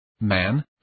Man